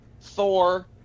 Thor